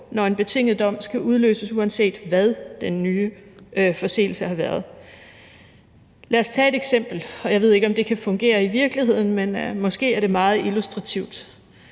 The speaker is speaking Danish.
når en betinget dom skal udløses, uanset hvad den nye forseelse har været. Lad os tage et eksempel, og jeg ved ikke, om det kan fungere i virkeligheden, men måske er det meget illustrativt.